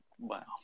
Wow